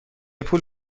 پول